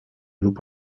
lub